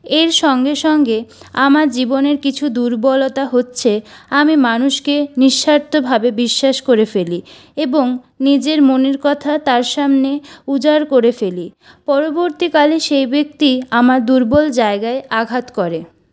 এর সঙ্গে সঙ্গে আমার জীবনের কিছু দুর্বলতা হচ্ছে আমি মানুষকে নিঃস্বার্থ ভাবে বিশ্বাস করে ফেলি এবং নিজের মনের কথা তার সামনে উজাড় করে ফেলি পরবর্তী কালে সেই ব্যক্তি আমার দুর্বল জায়গায় আঘাত করে